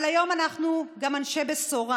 היום אנחנו גם אנשי בשורה,